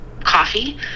coffee